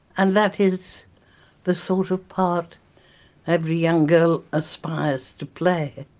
and that is the sort of part every young girl aspires to play.